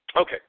Okay